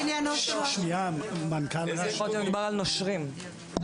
אני מנכ"ל רש"א,